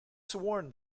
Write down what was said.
sworn